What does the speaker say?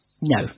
No